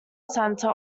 center